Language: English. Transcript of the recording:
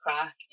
crack